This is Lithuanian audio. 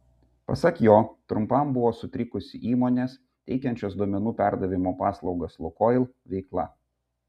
pasak jo trumpam buvo sutrikusi įmonės teikiančios duomenų perdavimo paslaugas lukoil veikla